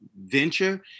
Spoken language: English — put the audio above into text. venture